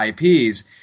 IPs